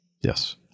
Yes